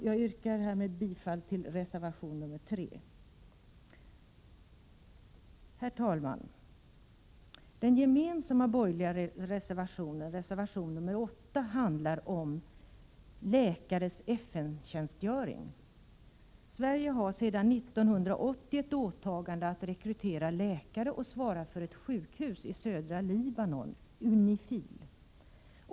Jag yrkar härmed bifall till reservation 3. Herr talman! Den gemensamma borgerliga reservationen, reservation 8, handlar om läkares FN-tjänst. Sverige har sedan 1980 ett åtagande att rekrytera läkare och svarar för ett sjukhus i södra Libanon, UNIFIL.